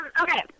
Okay